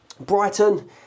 Brighton